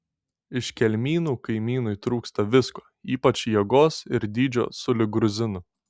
iš kelmynų kaimynui trūksta visko ypač jėgos ir dydžio sulig gruzinu